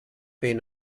been